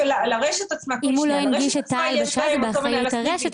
להלן תרגומם: אם הוא לא הנגיש תא מדידה זה באחריות הרשת,